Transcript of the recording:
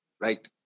right